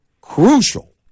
crucial